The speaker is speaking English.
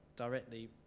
directly